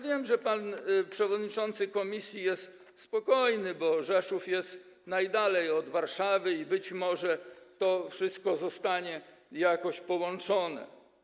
Wiem, że pan przewodniczący komisji jest spokojny, bo Rzeszów jest najdalej od Warszawy i być może to wszystko zostanie jakoś połączone.